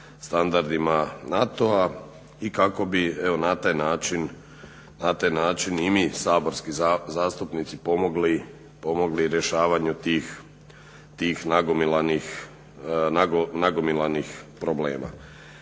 standardima NATO-a i kako bi evo na taj način i mi saborski zastupnici pomogli rješavanju tih nagomilanih problema.